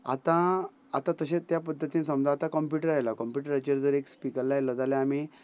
आतां आतां तशेंच त्या पद्दतीन समजा आतां कॉमप्युटर आयला कॉम्प्युटराचेर जर एक स्पिकर लायलो जाल्यार आमी